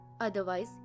Otherwise